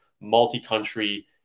multi-country